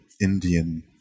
indian